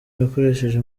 yakoresheje